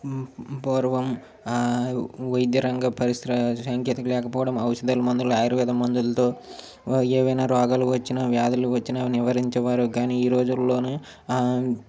పూర్వం వైద్యరంగ పరిశ్ర సాంకేతిక లేకపోవడం ఔషధాల మందులు ఆయుర్వేద మందులతో ఏవైనా రోగాలు వచ్చిన వ్యాధులు వచ్చిన నివారించేవారు కానీ ఈ రోజుల్లోనే